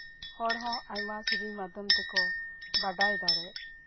ᱦᱚᱲᱦᱚᱸ ᱟᱭᱢᱟ ᱥᱮᱹᱨᱮᱹᱧ ᱢᱟᱫᱽᱫᱷᱚᱢ ᱛᱮᱠᱚ ᱵᱟᱰᱟᱭ ᱫᱟᱲᱮᱭᱟᱜᱼᱟ